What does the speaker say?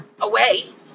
away